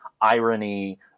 irony